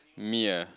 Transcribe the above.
me ah